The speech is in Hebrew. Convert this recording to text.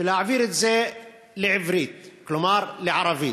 ולהעביר את זה לעברית, כלומר לערבית.